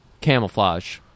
Camouflage